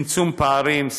צמצום פערים,